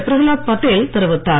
பிரஹலாத் பட்டேல் தெரிவித்தார்